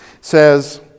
says